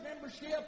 membership